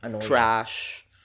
trash